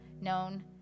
known